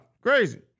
Crazy